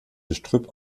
gestrüpp